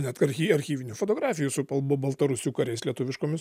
net archy archyvinių fotografijų su pal ba baltarusių kariais lietuviškomis